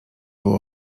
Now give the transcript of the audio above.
było